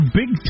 big